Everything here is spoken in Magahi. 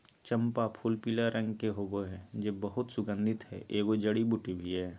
चम्पा फूलपीला रंग के होबे हइ जे बहुत सुगन्धित हइ, एगो जड़ी बूटी भी हइ